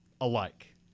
alike